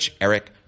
Eric